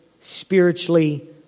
spiritually